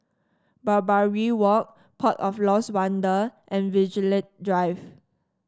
Barbary Walk Port of Lost Wonder and Vigilante Drive